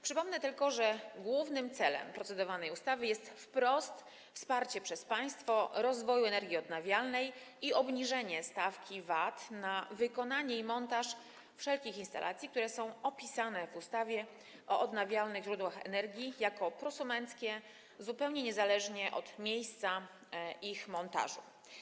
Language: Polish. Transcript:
Przypomnę tylko, że głównym celem procedowanej ustawy jest wsparcie wprost przez państwo rozwoju energii odnawialnej i obniżenie stawki VAT na wykonanie i montaż wszelkich instalacji, które w ustawie o odnawialnych źródłach energii są opisane jako prosumenckie, zupełnie niezależnie od miejsca ich montażu.